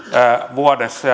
vuodessa